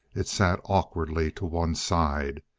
it sat awkwardly to one side.